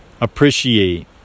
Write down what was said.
appreciate